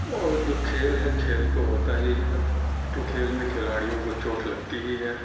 اور جو کھیل ہے کھیل تو ہوتا ہی ہے کھیل میں کھلاڑیوں کو چوٹ لگتی ہی ہے